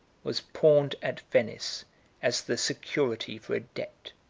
was pawned at venice as the security for a debt.